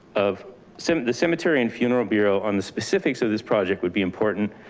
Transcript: of so the cemetery and funeral bureau on the specifics of this project would be important.